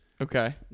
Okay